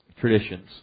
traditions